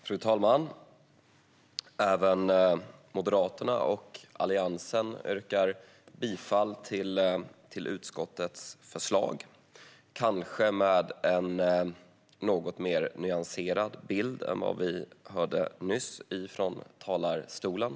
Fru talman! Även Moderaterna och Alliansen yrkar bifall till utskottets förslag, kanske med en något mer nyanserad bild än vad vi nyss hörde från talarstolen.